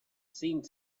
seemed